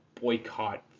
boycott